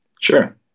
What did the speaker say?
Sure